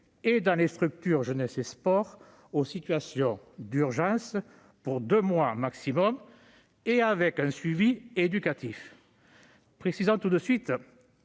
et dans les structures jeunesse et sport aux situations d'urgence, pour deux mois maximum et avec un suivi éducatif. Précisons-le tout de suite,